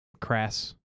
crass